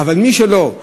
אבל מי שלא,